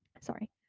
sorry